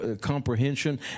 comprehension